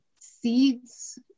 seeds